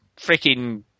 freaking